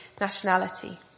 nationality